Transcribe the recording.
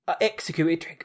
executed